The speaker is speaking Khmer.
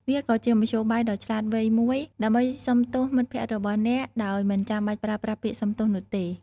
វាក៏ជាមធ្យោបាយដ៏ឆ្លាតវៃមួយដើម្បីសុំទោសមិត្តភក្តិរបស់អ្នកដោយមិនចាំបាច់ប្រើប្រាស់ពាក្យសុំទោសនោះទេ។